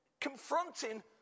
confronting